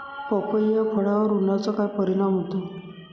पपई या फळावर उन्हाचा काय परिणाम होतो?